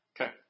Okay